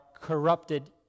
corrupted